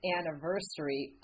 anniversary